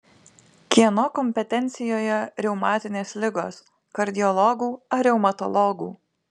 kieno kompetencijoje reumatinės ligos kardiologų ar reumatologų